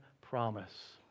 promise